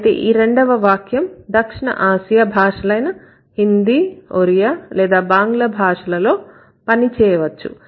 అయితే ఈ రెండవ వాక్యం దక్షిణ ఆసియా భాషలైన హిందీ ఒరియా లేదా బంగ్లా భాషలలో పని చేయవచ్చు